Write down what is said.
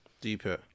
Deeper